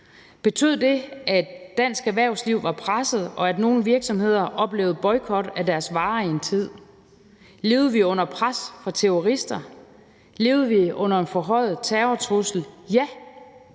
Betød det, at dansk erhvervsliv var presset, og at nogle virksomheder oplevede boykot af deres varer for en tid? Levede vi under pres fra terrorister? Levede vi under en forhøjet terrortrussel? Ja,